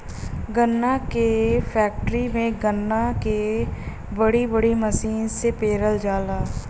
गन्ना क फैक्ट्री में गन्ना के बड़ी बड़ी मसीन से पेरल जाला